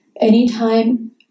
Anytime